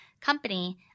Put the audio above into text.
company